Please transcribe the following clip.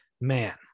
Man